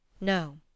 No